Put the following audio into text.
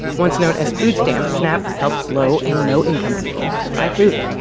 once known as food stamps, snap helps low and no-income people buy food.